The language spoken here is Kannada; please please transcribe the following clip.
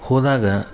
ಹೋದಾಗ